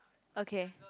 okay